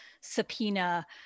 subpoena